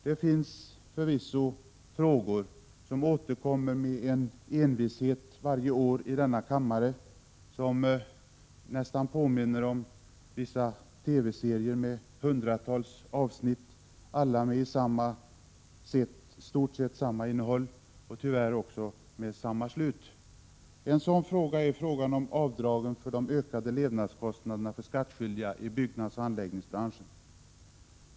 Det finns förvisso frågor som återkommer med en envishet varje år i denna kammare som nästan påminner om vissa TV-serier med hundratals avsnitt, alla med i stort sett samma innehåll och tyvärr också med samma slut. En sådan fråga är frågan om avdrag för ökade levnadskostnader för skattskyldiga i byggnadsoch anläggningsbranschen.